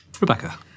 Rebecca